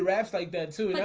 rats like that too.